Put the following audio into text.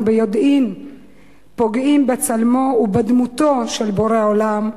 ביודעין פוגעים בצלמו ודמותו של בורא עולם,